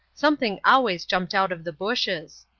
something always jumped out of the bushes.